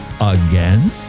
again